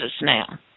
now